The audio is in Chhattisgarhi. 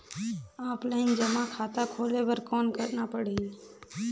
ऑफलाइन जमा खाता खोले बर कौन करना पड़ही?